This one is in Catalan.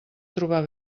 trobar